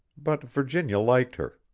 but virginia liked her.